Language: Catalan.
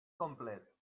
complet